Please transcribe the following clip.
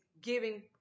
giving